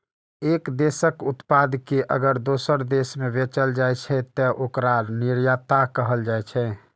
एक देशक उत्पाद कें अगर दोसर देश मे बेचल जाइ छै, तं ओकरा निर्यात कहल जाइ छै